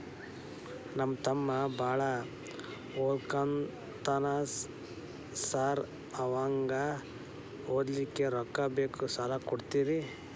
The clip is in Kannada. ನಮ್ಮ ತಮ್ಮ ಬಾಳ ಓದಾಕತ್ತನ ಸಾರ್ ಅವಂಗ ಓದ್ಲಿಕ್ಕೆ ರೊಕ್ಕ ಬೇಕು ಸಾಲ ಕೊಡ್ತೇರಿ?